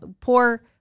poor